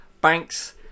banks